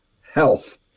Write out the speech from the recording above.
health